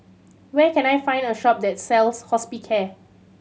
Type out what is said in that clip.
where can I find a shop that sells Hospicare